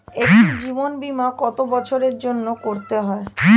একটি জীবন বীমা কত বছরের জন্য করতে হয়?